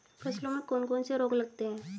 फसलों में कौन कौन से रोग लगते हैं?